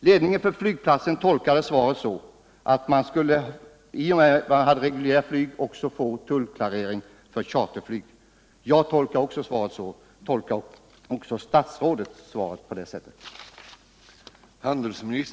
Ledningen för flygplatsen tolkar det citerade svaret så att man i och med att man fått reguljär linjetrafik också skulle få tullklarering för charterflyg. Jag tolkar också svaret så. Tolkar också statsrådet svaret på det sättet?